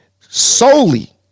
Solely